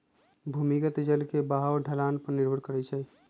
भूमिगत जल के बहाव ढलान पर निर्भर करई छई